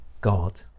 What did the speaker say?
God